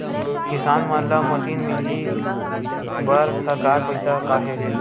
किसान मन ला मशीन मिलही बर सरकार पईसा का?